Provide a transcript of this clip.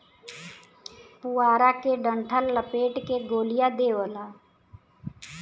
पुआरा के डंठल लपेट के गोलिया देवला